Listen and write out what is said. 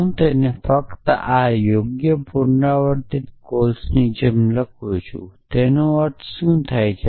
હું તેને ફક્ત આ યોગ્ય પુનરાવર્તિત કોલ્સની જેમ લખું છું તેનો અર્થ શું છે